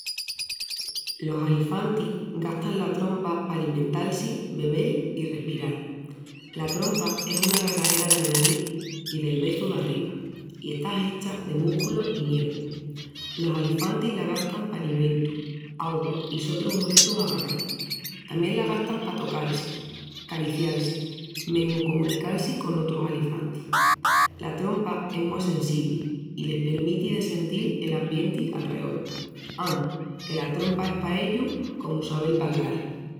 Los alifantis gastan la trompa pa alimental-si, bebel i respiral. La trompa es una alargaera dela narís i del beçu d'arriba, i está hecha de músculus i niervus. Los alifantis la gastan pa alimentus, augua i sotrus ojetus agarral. Tamién la gastan pa tocal-si, caricial-si i mesmu comunical-si con otrus alifantis. La trompa es mu assensibli i les premiti de sentil el ambienti alreol. Amus, que la trompa es pa ellus comu sabel palral!